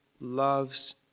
loves